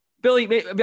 Billy